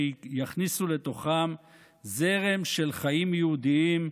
שיכניסו לתוכם זרם של חיים יהודיים,